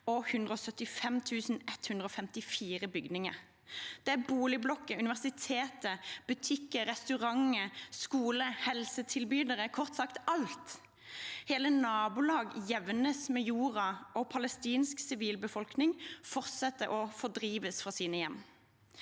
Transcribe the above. og 175 154 bygninger. Det er boligblokker, universiteter, butikker, restauranter, skoler, helsetilbydere – kort sagt alt. Hele nabolag jevnes med jorden, og den palestinske sivilbefolkningen fortsetter å bli fordrevet fra sine hjem.